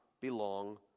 belong